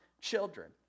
children